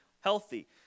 healthy